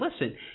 Listen